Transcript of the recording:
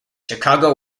chicago